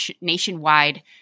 nationwide